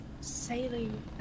sailing